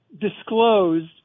disclosed